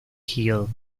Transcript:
hill